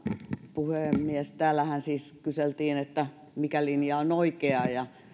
puhemies täällähän kyseltiin mikä linja on oikea